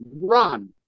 run